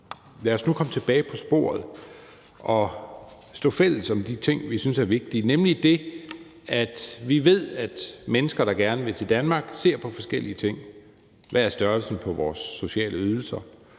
lad os nu komme tilbage på sporet og stå fælles om de ting, vi synes er vigtige, nemlig det, at vi ved, at mennesker, der gerne vil til Danmark, ser på forskellige ting: Hvad er størrelsen på vores sociale ydelser?